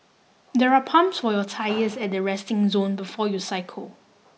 there are pumps for your tyres at the resting zone before you cycle